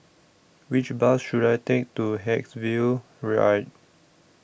Which Bus should I Take to Haigsville